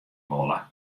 wolle